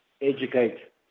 educate